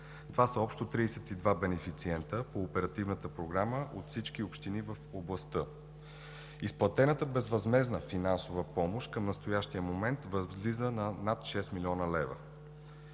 Това са общо 32 бенефициента по Оперативната програма от всички общини в областта. Изплатената безвъзмездна финансова помощ към настоящия момент възлиза на над 6 млн. лв.